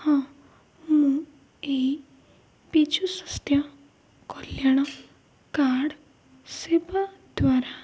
ହଁ ମୁଁ ଏଇ ବିିଜୁ ସ୍ୱାସ୍ଥ୍ୟ କଲ୍ୟାଣ କାର୍ଡ୍ ସେବା ଦ୍ୱାରା